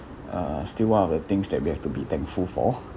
uh still one of the things that we have to be thankful for